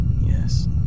Yes